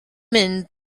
mynd